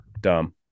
Dumb